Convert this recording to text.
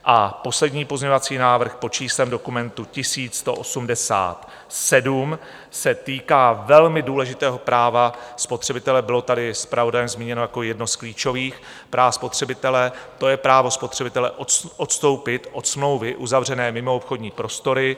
A poslední pozměňovací návrh pod číslem dokumentu 1187 se týká velmi důležitého práva spotřebitele, bylo tady zpravodajem zmíněno jako jedno z klíčových práv spotřebitele, to je právo spotřebitele odstoupit od smlouvy uzavřené mimo obchodní prostory.